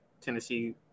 Tennessee